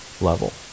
level